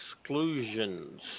exclusions